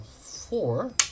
Four